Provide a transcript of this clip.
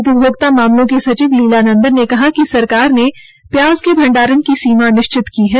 उपभोक्ता मामलों की सविच लीला नंदन नेकहा कि सरकार ने प्याज के भंडारा की सीमा निश्चित की है